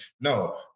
No